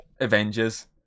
Avengers